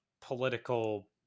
political